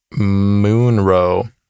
Moonrow